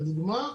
לדוגמה,